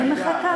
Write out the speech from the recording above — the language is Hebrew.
אני מחכה.